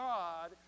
God